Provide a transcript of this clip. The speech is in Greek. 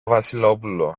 βασιλόπουλο